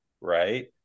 right